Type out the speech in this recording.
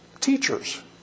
teachers